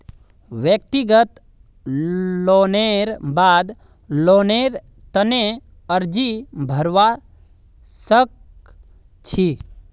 व्यक्तिगत लोनेर बाद लोनेर तने अर्जी भरवा सख छि